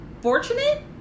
Fortunate